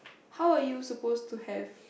how are you supposed to have